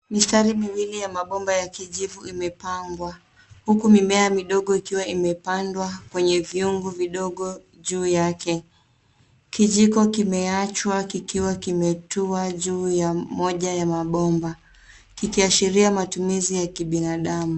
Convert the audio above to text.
Mistari miwili ya mabomba ya kijivu imepangwa huku mimea midogo ikiwa imepandwa kwenye viungo vidogo juu yake. Kijiko kimeachwa kikiwa kimetua juu ya moja ya moja ya mabomba, kikiashiria matumizi ya kibinadamu.